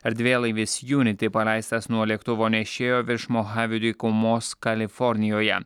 erdvėlaivis juniti paleistas nuo lėktuvo nešėjo virš mohavi dykumos kalifornijoje